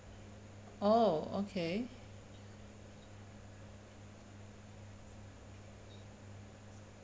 oh okay